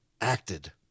acted